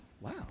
wow